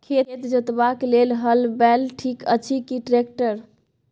खेत जोतबाक लेल हल बैल ठीक अछि की ट्रैक्टर?